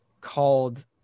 called